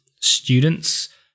students